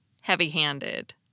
heavy-handed